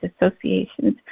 associations